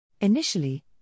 Initially